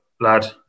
lad